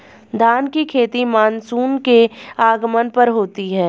धान की खेती मानसून के आगमन पर होती है